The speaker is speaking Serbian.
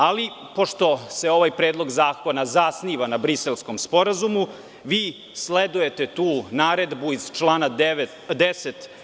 Ali, pošto se ovaj Predlog zakona zasniva na Briselskom sporazumu, vi sledujete tu naredbu iz člana 10.